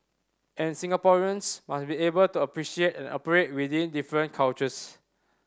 and Singaporeans must be able to appreciate and operate within different cultures